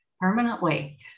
permanently